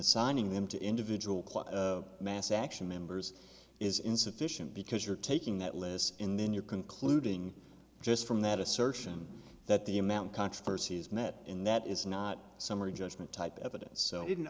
assigning them to individual mass action members is insufficient because you're taking that less in then you're concluding just from that assertion that the amount controversies met in that is not summary judgment type evidence so i didn't